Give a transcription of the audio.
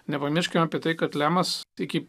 nepamirškime apie tai kad lemas iki